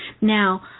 Now